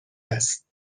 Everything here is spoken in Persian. است